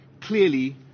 clearly